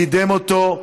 קידם אותו,